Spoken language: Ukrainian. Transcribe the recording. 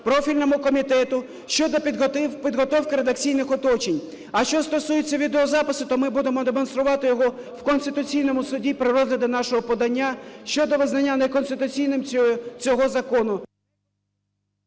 профільному комітету щодо підготовки редакційних уточнень. А що стосується відеозапису, то ми будемо демонструвати його в Конституційному Суді при розгляді нашого подання щодо визнання неконституційним цього закону.